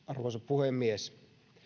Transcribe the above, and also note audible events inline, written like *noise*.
*unintelligible* arvoisa puhemies